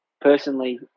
personally